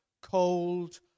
cold